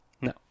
No